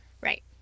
Right